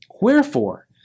Wherefore